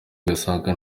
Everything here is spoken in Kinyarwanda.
ugasanga